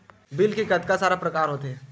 Bill के कतका सारा प्रकार होथे?